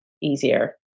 easier